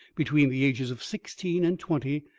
between the ages of sixteen and twenty,